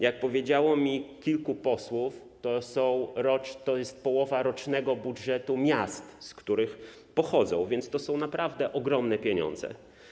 Jak powiedziało mi kilku posłów, jest to połowa rocznego budżetu miast, z których pochodzą, więc to są naprawdę ogromne pieniądze.